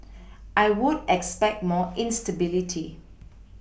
I would expect more instability